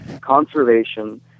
conservation